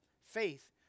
Faith